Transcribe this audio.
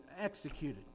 executed